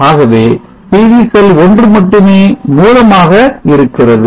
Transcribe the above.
ஆகவே PV cell 1 மட்டுமே மூலமாக இருக்கிறது